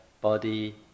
body